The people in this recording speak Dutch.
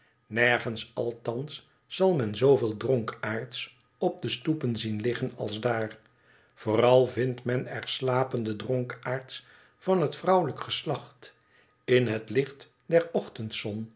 nergens althans zal men zooveel dronkaards op de stoepen zien liggen als daar vooral vindt men er slapende dronkaards van bet vrooweiijk geslacht in het licht der ochtendzon